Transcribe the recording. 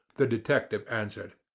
the detective answered.